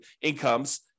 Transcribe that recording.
incomes